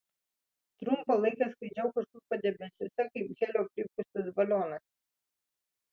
trumpą laiką skraidžiau kažkur padebesiuose kaip helio pripūstas balionas